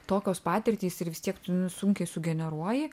tokios patirtys ir vis tiek tu nu sunkiai sugeneruoji